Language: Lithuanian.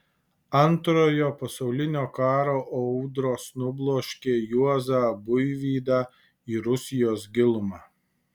antrojo pasaulinio karo audros nubloškė juozą buivydą į rusijos gilumą